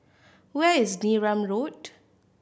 where is Neram Road